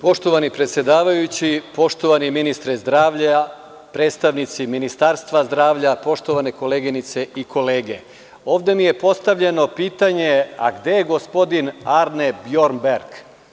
Poštovani predsedavajći, poštovani ministre zdravlja, predstavnici Ministarstva zdravlja, poštovane koleginice i kolege, ovde mi je postavljeno pitanje, a gde je gospodin Anre Bjornberg.